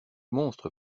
monstre